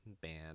band